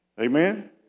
Amen